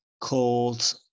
called